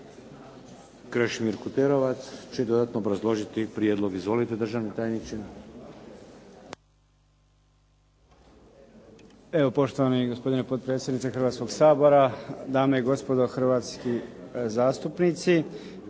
Krešimir Kuterovac će dodatno obrazložiti prijedlog. Izvolite državni tajniče.